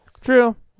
True